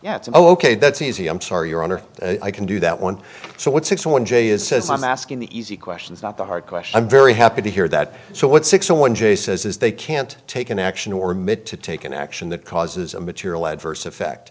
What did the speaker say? so ok that's easy i'm sorry your honor i can do that one so what sixty one j is says i'm asking the easy questions not the hard question i'm very happy to hear that so what's six in one j says is they can't take an action or mid to take an action that causes a material adverse effect